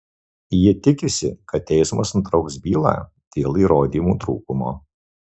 ji tikisi kad teismas nutrauks bylą dėl įrodymų trūkumo